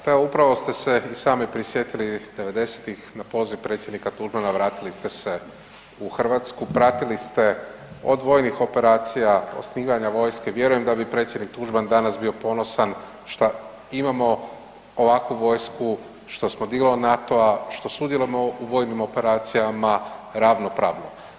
Pa evo upravo ste se i sami prisjetili 90.-tih na poziv predsjednika Tuđmana vratili ste se u Hrvatsku, pratili ste od vojnih operacija, osnivanja vojske, vjerujem da bi predsjednik Tuđman danas bio ponosa šta imamo ovakvu vojsku, što smo dio NATO-a, što sudjelujemo u vojnim operacijama ravnopravno.